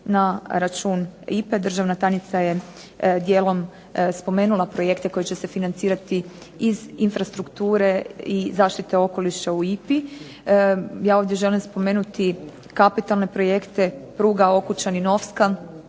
na račun IPA-e. Državna tajnica je dijelom spomenula projekte koji će se financirati iz infrastrukture i zaštite okoliša u IPA-i. Ja ovdje želim spomenuti kapitalne projekte, pruga Okučani-Novska